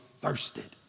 thirsted